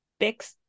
bix